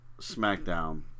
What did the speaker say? SmackDown